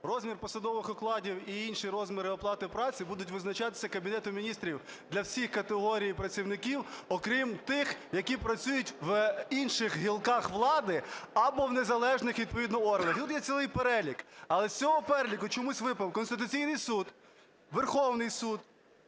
розмір посадових окладів і інші розміри оплати праці будуть визначатися Кабінетом Міністрів для всіх категорій працівників, окрім тих, які працюють в інших гілках влади або в незалежних відповідно органах. Тут є цілий перелік. Але з цього переліку чомусь випав Конституційний Суд, Верховний Суд,